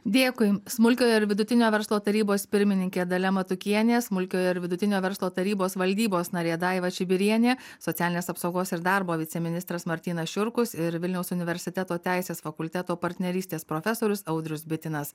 dėkui smulkiojo ir vidutinio verslo tarybos pirmininkė dalia matukienė smulkiojo ir vidutinio verslo tarybos valdybos narė daiva čibirienė socialinės apsaugos ir darbo viceministras martynas šiurkus ir vilniaus universiteto teisės fakulteto partnerystės profesorius audrius bitinas